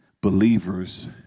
believers